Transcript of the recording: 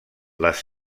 les